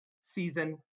season